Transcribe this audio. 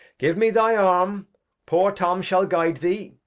give me thy arm poor tom shall guide thee.